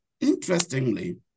interestingly